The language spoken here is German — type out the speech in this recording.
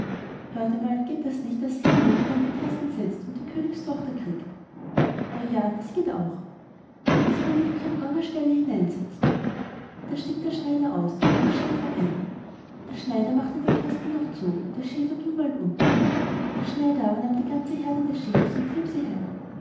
hört einmal geht das nicht daß sich ein anderer in den kasten setzt und die königstochter kriegt o ja das geht auch so will ich mich an eure stelle hineinsetzen da stieg der schneider aus der schäfer ein der schneider machte den kasten noch zu und der schäfer ging bald unter der schneider aber nahm die ganze heerde des schäfers und trieb sie heim